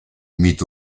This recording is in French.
mit